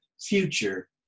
future